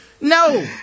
No